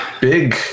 big